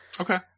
Okay